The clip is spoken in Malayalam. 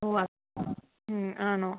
ഉവ്വ് ആണോ